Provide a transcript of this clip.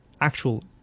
actual